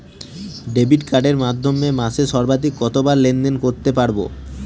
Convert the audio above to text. Debit কার্ডের মাধ্যমে মাসে সর্বাধিক কতবার লেনদেন করতে পারবো?